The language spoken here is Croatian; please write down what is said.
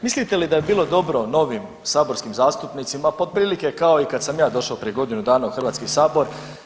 Mislite li da bi bilo dobro novim saborskim zastupnicima otprilike kao i kad sam ja došao prije godinu dana u Hrvatski sabor.